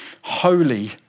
holy